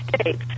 States